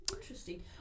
Interesting